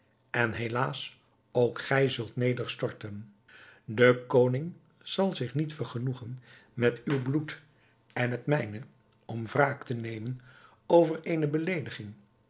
en helaas ook gij zult nederstorten de koning zal zich niet vergenoegen met uw bloed en het mijne om wraak te nemen over eene beleediging